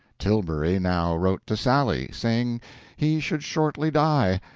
tilbury now wrote to sally, saying he should shortly die,